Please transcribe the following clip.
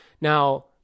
now